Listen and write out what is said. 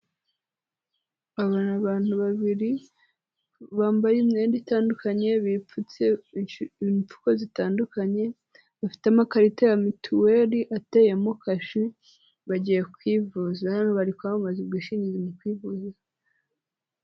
Aba ni abantu babiri bambaye imyenda itandukanye, bipfutse ipfuko zitandukanye. Bafitemo amakarita ya mituweli ateyemo kashi bagiye kwivuza. Hano kwa bari kuhabaza ushinzwe ubwishingizi mu kwivuza.